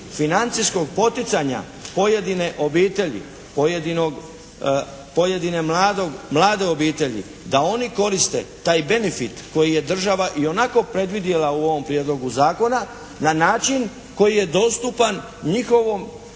financijskog poticanja pojedine obitelji, pojedine mlade obitelji da oni koriste taj benefit koji je država ionako predvidjela u ovom Prijedlogu zakona na način koji je dostupan njihovoj